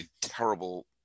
terrible